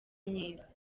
myiza